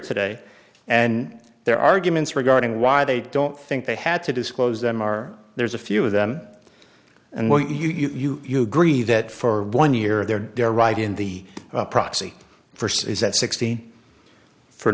today and their arguments regarding why they don't think they had to disclose them are there's a few of them and well you you grieve that for one year they're there right in the proxy for says that sixty for